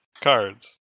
cards